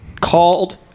called